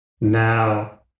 Now